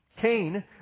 Cain